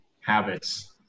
habits